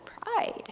pride